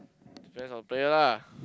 depends on player lah